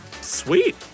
Sweet